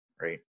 right